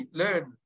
learn